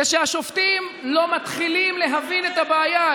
זה שהשופטים לא מתחילים להבין את הבעיה.